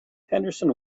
henderson